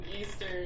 Eastern